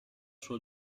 sua